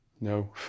No